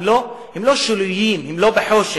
הם לא שוליים, הם לא בחושך,